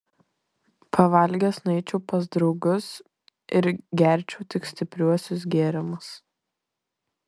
pavalgęs nueičiau pas draugus ir gerčiau tik stipriuosius gėrimus